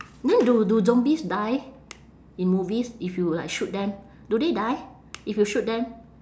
then do do zombies die in movies if you like shoot them do they die if you shoot them